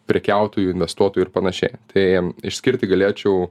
prekiautojų investuotojų ir panašiai tai išskirti galėčiau